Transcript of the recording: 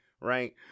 right